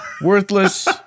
Worthless